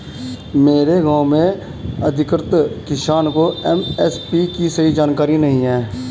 मेरे गांव में अधिकतर किसान को एम.एस.पी की सही जानकारी नहीं है